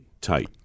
tight